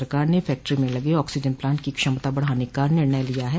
सरकार ने फैक्ट्री में लगे आक्सीजन प्लांट की क्षमता बढ़ाने का निर्णय लिया है